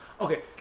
Okay